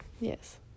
Yes